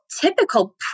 typical